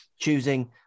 choosing